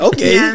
Okay